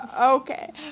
Okay